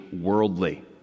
worldly